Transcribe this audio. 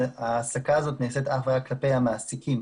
ההעסקה הזאת נעשית אך ורק כלפי המעסיקים.